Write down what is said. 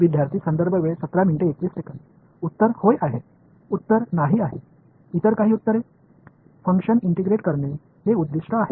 குறிக்கோள் ஃபங்ஷனை ஒருங்கிணைப்பதாகும் நான் குவாடுரேசா் விதியை மாற்ற வேண்டுமா